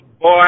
boy